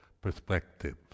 perspective